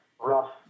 rough